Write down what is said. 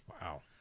wow